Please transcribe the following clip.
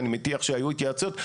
אני מניח שהיו התייעצויות.